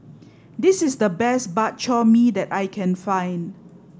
this is the best Bak Chor Mee that I can find